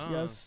Yes